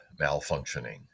malfunctioning